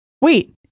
Wait